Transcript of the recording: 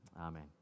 Amen